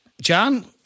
John